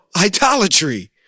idolatry